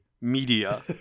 media